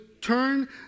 turn